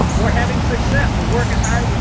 we're having success. we're working hard.